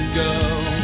girl